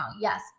Yes